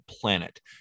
planet